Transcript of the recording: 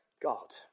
God